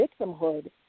victimhood